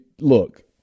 look